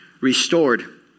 restored